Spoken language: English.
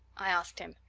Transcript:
i asked him.